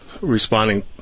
responding